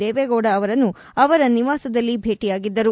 ದೇವೇಗೌಡ ಅವರನ್ನು ಅವರ ನಿವಾಸದಲ್ಲಿ ಭೇಟಿಯಾಗಿದ್ದರು